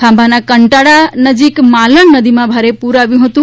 ખાંભાના કંટાળા નજીક માલણ નદીમાં ભારે પૂર આવ્યું હતું